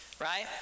right